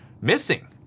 Missing